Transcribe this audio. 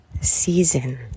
season